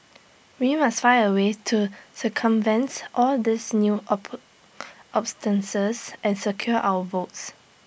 we must find A way to circumvent all these new and secure our votes